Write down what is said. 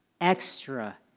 extra